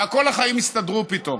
וכל החיים הסתדרו פתאום.